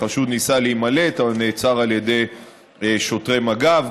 החשוד ניסה להימלט, אבל נעצר על ידי שוטרי מג"ב.